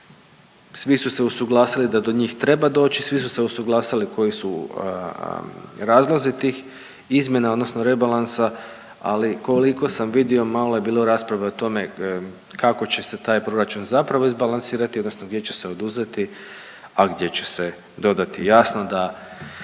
svi su se usuglasili da do njih treba doći, svi su usuglasili koji su razlozi tih izmjena, odnosno rebalansa, ali koliko sam vidio, malo je bilo rasprave o tome kako će se taj proračun zapravo izbalansirati, odnosno gdje će se oduzeti, a gdje će se dodati. Jasno da